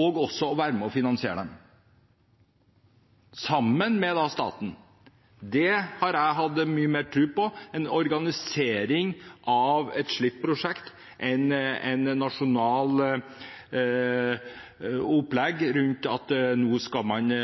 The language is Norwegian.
og også være med og finansiere dem, sammen med staten. Det hadde jeg hatt mye mer tro på – en organisering av et slikt prosjekt – enn et nasjonalt opplegg for å